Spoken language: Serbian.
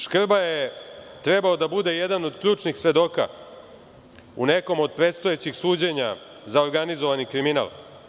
Škrba je trebao da bude jedan od ključnih svedoka u nekom od predstojećih suđenja za organizovani kriminal.